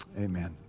Amen